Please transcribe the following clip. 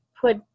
put